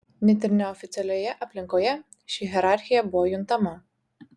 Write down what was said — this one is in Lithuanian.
net ir neoficialioje aplinkoje ši hierarchija buvo juntama